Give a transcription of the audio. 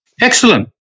excellent